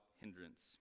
hindrance